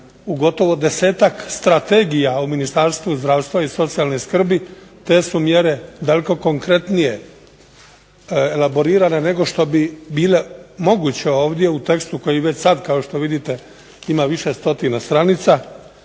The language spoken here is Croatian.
u gotovo 10-tak strategija u Ministarstvu zdravstva i socijalne skrbi te su mjere daleko konkretnije elaborirane nego što bi bile moguće ovdje u tekstu koji već sad kao što vidite ima više stotina stranica.